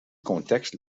contexte